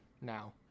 now